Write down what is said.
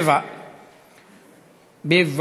וזו הסתייגות מס' 7. בבקשה.